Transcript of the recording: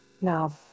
Now